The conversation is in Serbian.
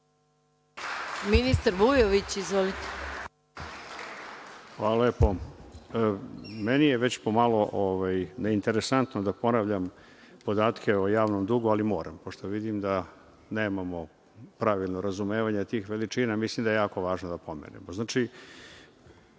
**Dušan Vujović** Hvala lepo. Meni je već pomalo neinteresantno da ponavljam podatke o javnom dugu, ali moram, pošto vidim da nemamo pravilno razumevanje tih veličina i mislim da je jako važno da pomenem. Naveli